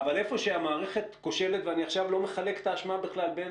היכן שהמערכת כושלת לחלוטין ואני עכשיו לא מחלק את האשמה בין